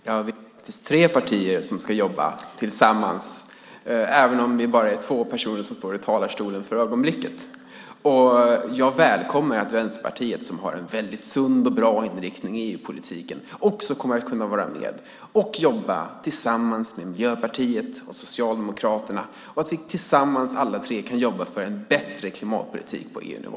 Fru talman! Vi är faktiskt tre partier som ska jobba tillsammans, även om vi bara är två personer som står i talarstolarna för ögonblicket. Jag välkomnar att Vänsterpartiet, som har en väldigt sund och bra inriktning i EU-politiken, också kommer att kunna vara med och jobba tillsammans med Miljöpartiet och Socialdemokraterna och att vi tillsammans alla tre kan jobba för en bättre klimatpolitik på EU-nivå.